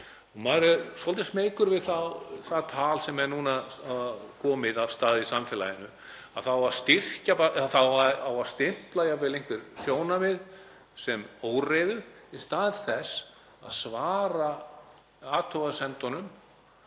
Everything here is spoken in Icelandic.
Maður er svolítið smeykur við það tal sem er núna komið af stað í samfélaginu, að það eigi að stimpla jafnvel einhver sjónarmið sem óreiðu í stað þess að svara athugasemdunum